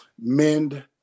mend